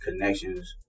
connections